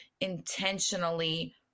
intentionally